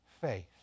faith